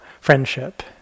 friendship